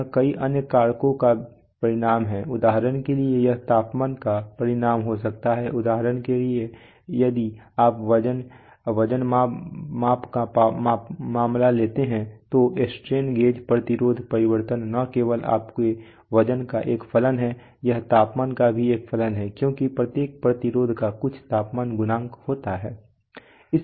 यह कई अन्य कारकों का परिणाम है उदाहरण के लिए यह तापमान का परिणाम हो सकता है उदाहरण के लिए यदि आप वजन वजन माप का मामला लेते हैं तो स्ट्रेन गेज प्रतिरोध परिवर्तन न केवल आपके वजन का एक फलन है यह तापमान का भी एक फलन है क्योंकि प्रत्येक प्रतिरोध का कुछ तापमान गुणांक होता है